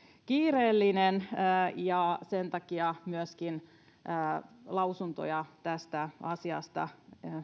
kiireellinen ja sen takia myöskään lausuntoja tästä asiasta